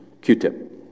Q-tip